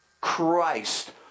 Christ